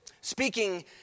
speaking